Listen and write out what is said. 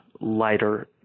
lighter